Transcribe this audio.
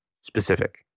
specific